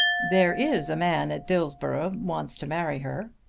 there is a man at dillsborough wants to marry her.